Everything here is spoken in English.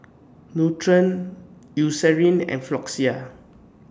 Nutren Eucerin and Floxia